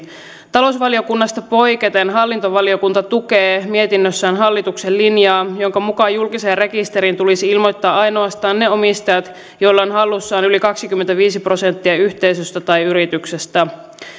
talousvaliokunnasta poiketen hallintovaliokunta tukee mietinnössään hallituksen linjaa jonka mukaan julkiseen rekisteriin tulisi ilmoittaa ainoastaan ne omistajat joilla on hallussaan yli kaksikymmentäviisi prosenttia yhteisöstä tai yrityksestä